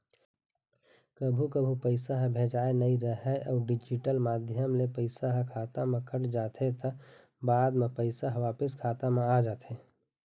कभू कभू पइसा ह भेजाए नइ राहय अउ डिजिटल माध्यम ले पइसा ह खाता म कट जाथे त बाद म पइसा ह वापिस खाता म आ जाथे